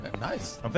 Nice